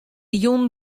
jûn